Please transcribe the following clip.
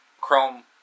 chrome